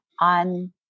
on